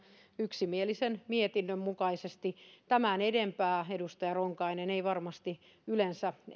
yksimielisen mietinnön mukaisesti tämän enempää edustaja ronkainen ei varmasti yleensä